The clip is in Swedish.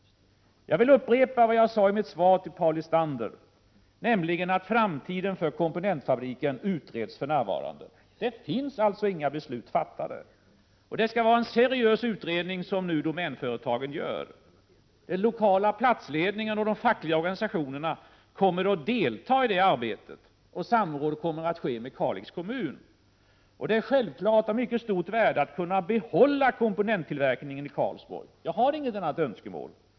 Jag vill upprepa vad jag sade i mitt svar till Paul Lestander, nämligen att framtiden för komponentfabriken för närvarande utreds. Det har alltså inte fattats några beslut. Den utredning som Domänföretagen nu gör skall vara seriös. Den lokala platsledningen och de fackliga organisationerna kommer att delta i detta arbete, och samråd kommer att ske med Kalix kommun. Det är självfallet av mycket stort värde att kunna behålla komponenttillverkningen i Karlsborg — jag har inget annat önskemål.